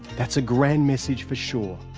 that's a grand message, for sure.